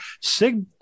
Sig